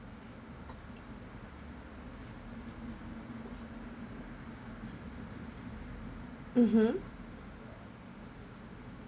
mmhmm